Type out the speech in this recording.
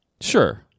Sure